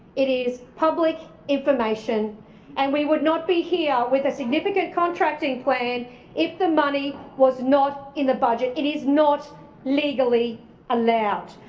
it is public information and we would not be here with a significant contracting plan if the money was not in the budget. it is not legally allowed.